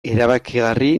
erabakigarri